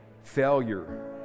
failure